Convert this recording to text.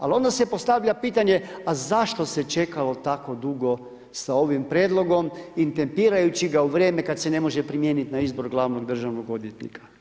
Ali onda se postavlja pitanje, a zašto se čekalo tako dugo sa ovim prijedlogom i tempirajući ga u vrijeme kad se ne može primijeniti na izbor glavnog državnog odvjetnika?